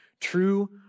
True